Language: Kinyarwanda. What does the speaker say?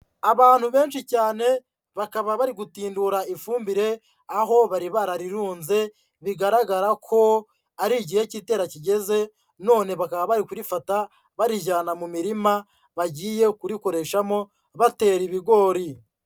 Abantu benshi cyane bakaba bari gutindura ifumbire, aho bari bararirunze, bigaragara ko ari igihe cy'itera kigeze, none bakaba bari kurifata barijyana mu mirima bagiye kurikoreshamo batera ibigori.